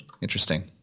interesting